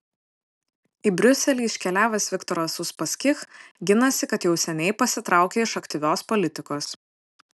į briuselį iškeliavęs viktoras uspaskich ginasi kad jau seniai pasitraukė iš aktyvios politikos